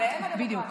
בדיוק.